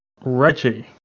Reggie